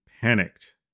panicked